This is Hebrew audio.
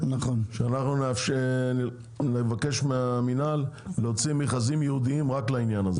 שאנחנו נבקש מהמינהל להוציא מכרזים ייעודיים רק לעניין הזה.